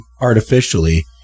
artificially